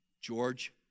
George